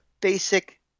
basic